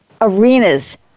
arenas